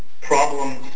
problems